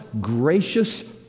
gracious